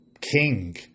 king